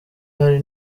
hari